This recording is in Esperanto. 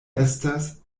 estas